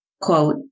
Quote